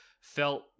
felt